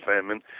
famine